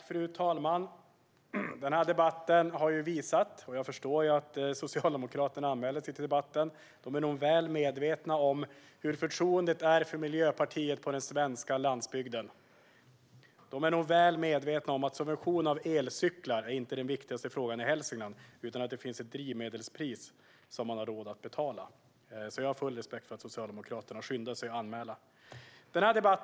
Fru talman! Jag förstår att Socialdemokraterna anmäler sig till debatten. De är nog väl medvetna om hur förtroendet för Miljöpartiet är på den svenska landsbygden. De är nog väl medvetna om att subvention av elcyklar inte är den viktigaste frågan i Hälsingland, utan det är att det finns ett drivmedelspris man har råd att betala. Jag har alltså full respekt för att Socialdemokraterna skyndade sig att anmäla sig. Fru talman!